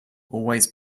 always